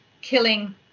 killing